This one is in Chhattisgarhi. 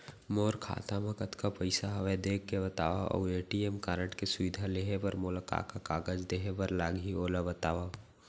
मोर खाता मा कतका पइसा हवये देख के बतावव अऊ ए.टी.एम कारड के सुविधा लेहे बर मोला का का कागज देहे बर लागही ओला बतावव?